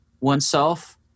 oneself